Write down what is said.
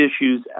issues